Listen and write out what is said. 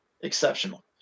exceptional